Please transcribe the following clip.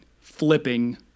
flipping